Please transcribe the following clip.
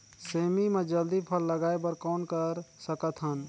सेमी म जल्दी फल लगाय बर कौन कर सकत हन?